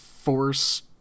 force